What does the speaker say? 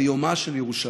ביומה של ירושלים,